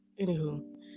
anywho